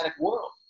world